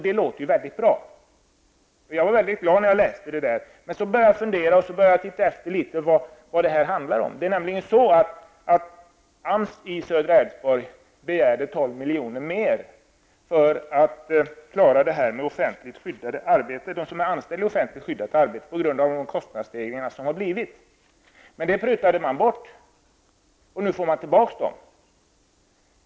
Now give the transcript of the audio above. Det låter mycket bra och jag blev väldigt glad när jag läste det, men så började jag fundera och titta efter vad det handlar om. Det var AMS i södra Älvsborg som begärde 12 miljoner mer för att klara de anställda i offentligt skyddade arbeten, detta på grund av de kostnadsstegringar som har kommit, men det prutade man bort, och nu får man tillbaks dem.